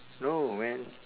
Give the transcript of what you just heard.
no man